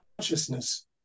consciousness